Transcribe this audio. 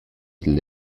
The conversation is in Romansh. dil